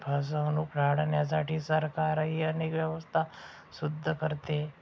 फसवणूक टाळण्यासाठी सरकारही अनेक व्यवस्था सुद्धा करते